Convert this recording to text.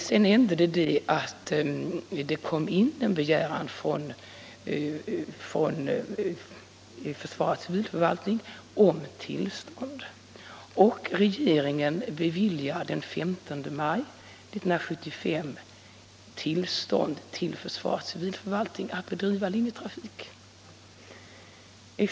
Sedan kom en begäran från försvarets civilförvaltning om tillstånd att bedriva linjetrafik, och regeringen beviljade detta tillstånd den 15 maj 1975.